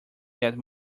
get